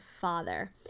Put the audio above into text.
father